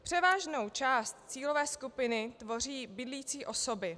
Převážnou část cílové skupiny tvoří bydlící osoby.